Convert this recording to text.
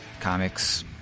comics